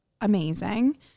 amazing